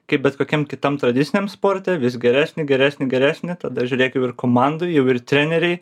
kaip bet kokiam kitam tradiciniam sporte vis geresnį geresnį geresnį tada žiūrėk jau ir komandoj jau ir treneriai